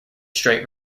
straight